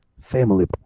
family